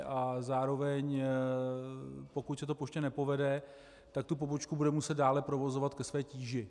A zároveň pokud se to poště nepovede, tak tu pobočku bude muset dále provozovat ke své tíži.